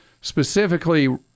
specifically